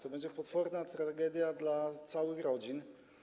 To będzie potworna tragedia dla całych rodzin.